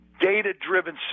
data-driven